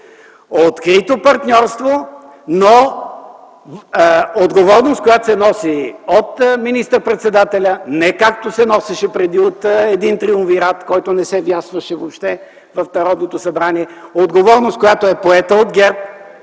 Открито партньорство, но отговорност, която се носи от министър-председателя, не както се носеше при един триумвират, който не се вясваше въобще в Народното събрание, отговорност, която е поета от ГЕРБ